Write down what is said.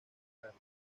tratos